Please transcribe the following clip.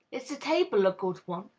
is the table a good one?